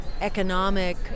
economic